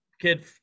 kid